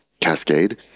cascade